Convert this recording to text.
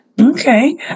Okay